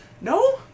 No